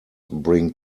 bring